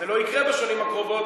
זה לא יקרה בשנים הקרובות,